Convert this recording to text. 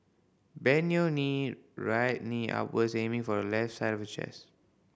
bend your knee right knee upwards aiming for the left side of your chest